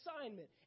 assignment